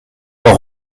leur